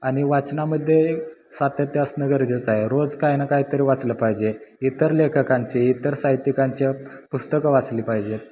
आणि वाचनामध्ये सातत्य असणं गरजेचं आहे रोज काय ना काय तरी वाचलं पाहिजे इतर लेखकांचे इतर साहित्यिकांचे पुस्तकं वाचली पाहिजेत